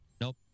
Nope